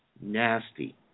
nasty